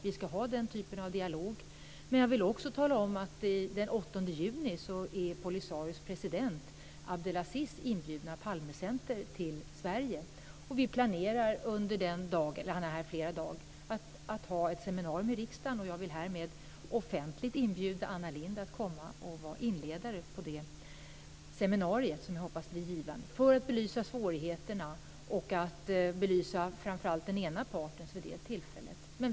Vi ska ha den typen av dialog. Jag vill också tala om att den 8 juni är Polisarios president Abdelaziz inbjuden till Sverige av Olof Palmes Internationella Centrum. Vi planerar att under hans besök anordna ett seminarium i riksdagen. Jag vill härmed offentligt inbjuda Anna Lindh som inledare av seminariet, som jag hoppas blir givande när det gäller att framför allt belysa den ena partens svårigheter vid det tillfället.